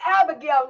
Abigail